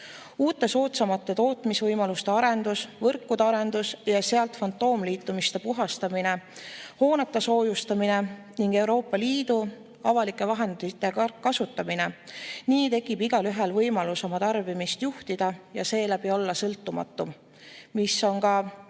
uute, soodsamate tootmisvõimaluste arendus, võrkude arendus ja sealt fantoomliitumiste puhastamine, hoonete soojustamine ning Euroopa Liidu avalike vahendite kasutamine. Nii tekib igalühel võimalus oma tarbimist juhtida ja seeläbi olla sõltumatum, mis on ka